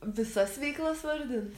visas veiklas vardint